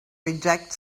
reject